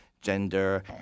gender